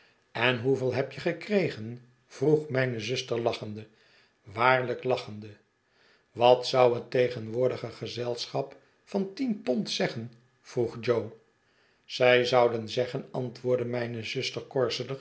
en hoeveel heb je gekregen vroeg mijne zuster lachende waarlijk lachende wat zou het tegenwoordige gezelschap van tien pond zeggen vroeg jo zj zouden zeggen antwoordde mijne zusik